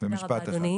תודה רבה אדוני,